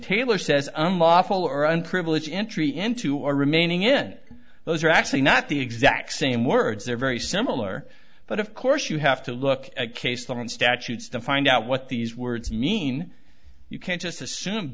taylor says unlawful or unprivileged entry into or remaining in those are actually not the exact same words they're very similar but of course you have to look at case law and statutes to find out what these words mean you can't just assume